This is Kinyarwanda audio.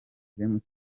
james